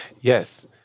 Yes